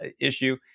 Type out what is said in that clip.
issue